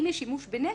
אם יש שימוש בנשק,